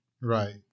Right